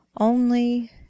Only—